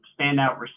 standout